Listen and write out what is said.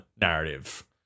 narrative